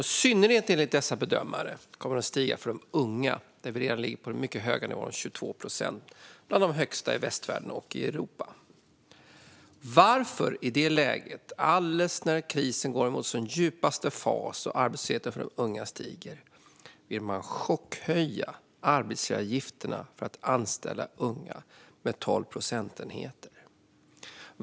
Enligt dessa bedömare kommer den i synnerhet att stiga för de unga, bland vilka arbetslösheten redan ligger på den mycket höga nivån 22 procent. Denna nivå är bland de högsta i västvärlden och i Europa. Varför vill man i detta läge, när krisen går mot sin djupaste fas och arbetslösheten bland unga stiger, chockhöja arbetsgivaravgifterna för att anställa unga med 12 procentenheter?